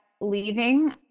leaving